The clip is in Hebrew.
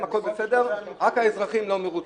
הכול בסדר, רק האזרחים לא מרוצים.